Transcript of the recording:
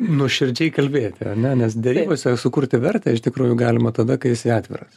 nuoširdžiai kalbėti ane nes derybose sukurti vertę iš tikrųjų galima tada kai esi atviras